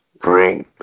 bring